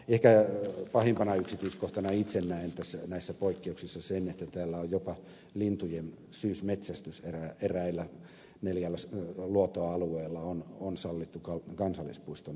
ehkä pahimpana yksityiskohtana itse näen näissä poikkeuksissa sen että täällä on jopa lintujen syysmetsästys sallittu eräillä neljällä luotoalueella kansallispuiston alueella